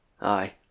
Aye